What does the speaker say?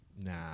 Nah